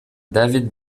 david